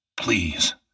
Please